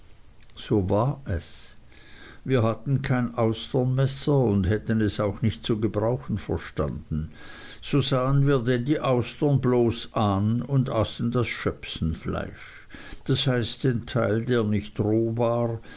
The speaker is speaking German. so war es wir hatten kein austernmesser und hätten es auch nicht zu gebrauchen verstanden so sahen wir denn die austern bloß an und aßen das schöpsenfleisch das heißt den teil der nicht roh war